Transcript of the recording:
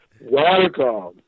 Welcome